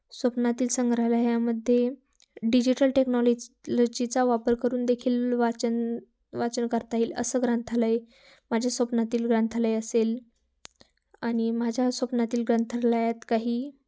स्वप्नातील संग्रहालयामध्ये डिजिटल टेक्नॉलज लजीचा वापर करून देखील वाचन वाचन करता येईल असं ग्रंथालय माझ्या स्वप्नातील ग्रंथालय असेल आणि माझ्या स्वप्नातील ग्रंथालयात काही